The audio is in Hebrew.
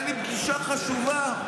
והייתה לי פגישה חשובה.